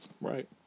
right